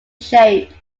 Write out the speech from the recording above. shape